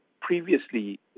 previously